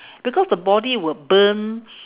because the body will burn